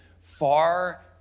far